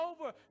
over